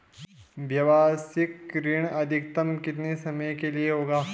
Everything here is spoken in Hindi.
व्यावसायिक ऋण अधिकतम कितने समय के लिए होगा?